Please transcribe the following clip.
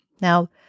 Now